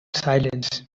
silence